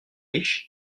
riches